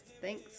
Thanks